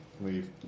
leave